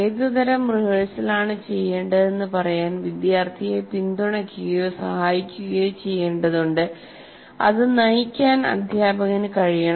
ഏതുതരം റിഹേഴ്സലാണ് ചെയ്യേണ്ടതെന്ന് പറയാൻ വിദ്യാർത്ഥിയെ പിന്തുണയ്ക്കുകയോ സഹായിക്കുകയോ ചെയ്യേണ്ടതുണ്ട് അത് നയിക്കാൻ അധ്യാപകന് കഴിയണം